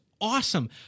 awesome